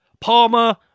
Palmer